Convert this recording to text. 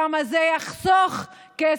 כמה כסף זה יחסוך למדינה,